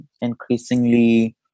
increasingly